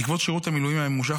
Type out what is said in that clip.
בעקבות שירות המילואים הממושך,